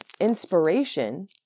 inspiration